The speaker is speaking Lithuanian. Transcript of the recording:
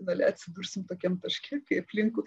finale atsidursim tokiam taške kai aplinkui